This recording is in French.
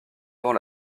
avant